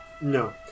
no